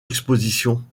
expositions